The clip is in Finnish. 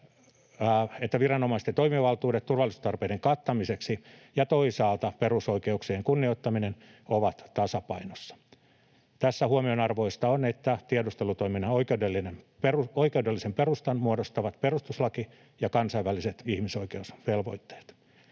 että viranomaisten toimivaltuudet turvallisuustarpeiden kattamiseksi ja toisaalta perusoikeuksien kunnioittaminen ovat tasapainossa. Tässä huomionarvoista on, että tiedustelutoiminnan oikeudellisen perustan muodostavat perustuslaki ja kansainväliset ihmisoikeusvelvoitteet.